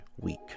week